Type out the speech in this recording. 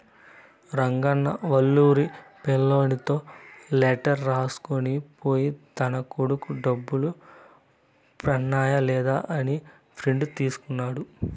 రంగన్న వాళ్లూరి పిల్లోనితో లెటర్ రాసుకొని పోయి తన కొడుకు డబ్బులు పన్నాయ లేదా అని ప్రింట్ తీసుకున్నాడు